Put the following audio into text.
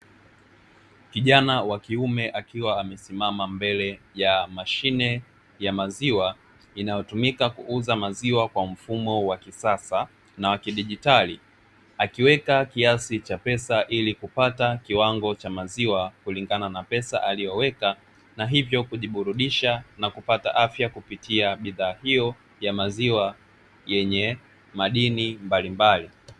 Kijana wa kiume akiwa amesimama mbele ya mashine ya maziwa inayotumika kuuza maziwa kwa mfumo wa kisasa na wa kidigitali akiweka kiasi cha pesa ili kupata kiwango cha maziwa kulingana na pesa aliyoweka na hivyo kujiburudisha na kupata afya kupitia bidhaa hiyo ya maziwa yenye madini mbalimbali.